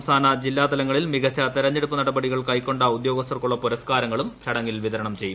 സംസ്ഥാന ജില്ലാ തലങ്ങളിൽ മികച്ച തിരഞ്ഞെടുപ്പ് നടപടികൾ കൈക്കൊണ്ട ഉദ്യോഗസ്ഥർക്കുള്ള പുരസ്കാരങ്ങളും വിതരണം ചെയ്യും